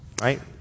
right